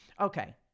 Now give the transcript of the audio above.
Okay